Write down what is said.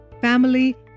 family